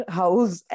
house